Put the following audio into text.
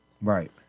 right